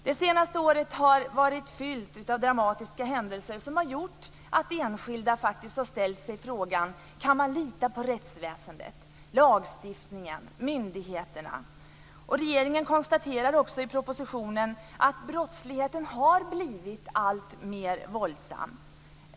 Det senaste året har varit fyllt av dramatiska händelser som gjort att enskilda faktiskt har ställt sig frågan: Kan man lita på rättsväsendet, lagstiftningen och myndigheterna? Regeringen konstaterar också i propositionen att brottsligheten har blivit alltmer våldsam.